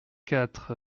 quatre